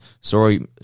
Sorry